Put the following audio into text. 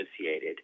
associated